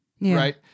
right